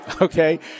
Okay